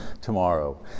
tomorrow